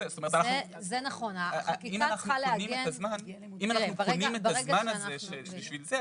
אם אנחנו קונים את הזמן הזה בשביל זה,